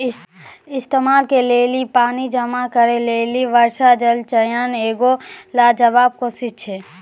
इस्तेमाल के लेली पानी जमा करै लेली वर्षा जल संचयन एगो लाजबाब कोशिश छै